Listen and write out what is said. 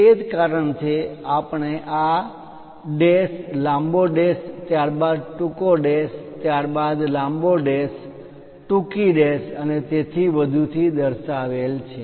તે જ કારણ છે આપણે આ ડૅશ લાંબો ડૅશ ત્યારબાદ ટૂંકો ડૅશ ત્યારબાદ લાંબો ડૅશ ટૂંકો ડૅશ અને તેથી વધુ થી દર્શાવેલ છે